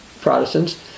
Protestants